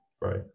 Right